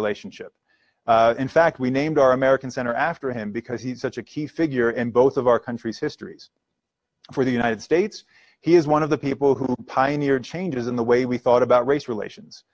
relationship in fact we named our american center after him because he's such a key figure in both of our country's history for the united states he is one of the people who pioneered changes in the way we thought about race relations